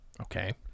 Okay